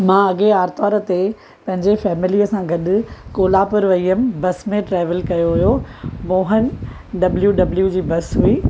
मां अॻिए आरितवार ते पंहिंजे फैमिलीअ सां गॾु कोल्हापुर वई हुअमि बस में ट्रेवल कयो हुओ Mohan W W G bus हुई